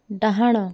ଡାହାଣ